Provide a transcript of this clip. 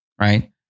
right